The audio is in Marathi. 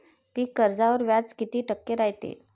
पीक कर्जावर व्याज किती टक्के रायते?